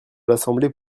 l’assemblée